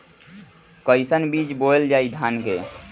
कईसन बीज बोअल जाई धान के?